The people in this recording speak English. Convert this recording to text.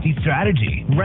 strategy